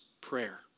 prayer